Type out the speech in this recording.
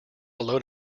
load